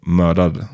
mördad